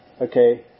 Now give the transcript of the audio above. Okay